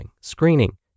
screening